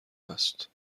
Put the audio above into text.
هست